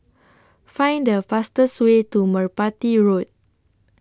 Find The fastest Way to Merpati Road